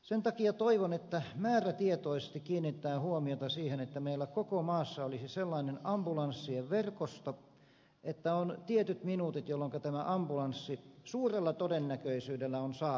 sen takia toivon että määrätietoisesti kiinnitetään huomiota siihen että meillä koko maassa olisi sellainen ambulanssien verkosto että on tietyt minuutit jolloinka tämä ambulanssi suurella todennäköisyydellä on saatavilla